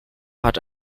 hat